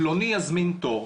פלוני יזמין תור,